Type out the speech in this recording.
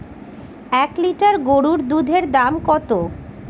এক লিটার গরুর দুধের দাম কত?